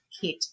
kit